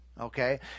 Okay